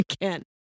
again